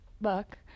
Buck